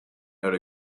out